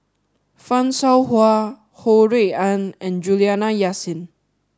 Fan Shao Hua Ho Rui An and Juliana Yasin